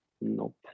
Nope